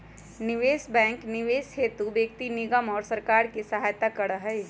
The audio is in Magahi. निवेश बैंक निवेश हेतु व्यक्ति निगम और सरकार के सहायता करा हई